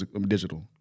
digital